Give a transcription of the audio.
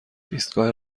ایستگاه